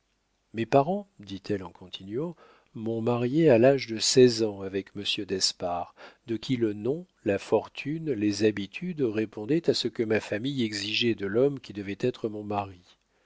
mes parents dit-elle en continuant m'ont mariée à l'âge de seize ans avec monsieur d'espard de qui le nom la fortune les habitudes répondaient à ce que ma famille exigeait de l'homme qui devait être mon mari